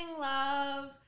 love